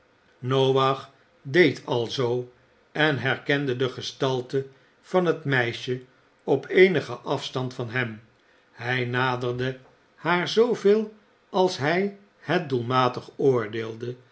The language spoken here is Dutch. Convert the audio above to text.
noach deed alzoo en herkende de gestalte van het meisje op eenigen afstand van hem hij naderde haar zooveel als hij het doelmatig oordeelde